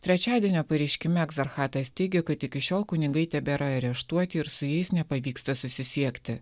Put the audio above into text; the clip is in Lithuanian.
trečiadienio pareiškime egzarchatas teigia kad iki šiol kunigai tebėra areštuoti ir su jais nepavyksta susisiekti